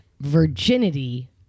virginity